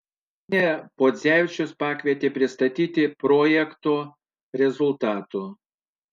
vaizgielienę podzevičius pakvietė pristatyti projekto rezultatų